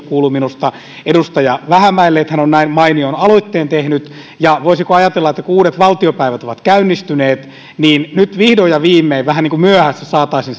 kuuluu minusta edustaja vähämäelle siitä että hän on näin mainion aloitteen tehnyt ja voisiko ajatella että kun uudet valtiopäivät ovat käynnistyneet niin nyt vihdoin ja viimein vähän niin kuin myöhässä saataisiin